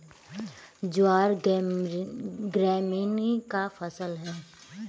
ज्वार ग्रैमीनी का फसल है